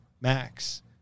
max